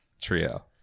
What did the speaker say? trio